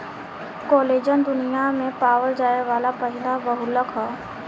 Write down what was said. collagen दुनिया में पावल जाये वाला पहिला बहुलक ह